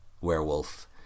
werewolf